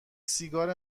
سیگار